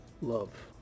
love